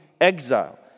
exile